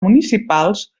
municipals